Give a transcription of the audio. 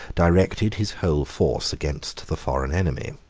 directed his whole force against the foreign enemy.